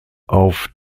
auf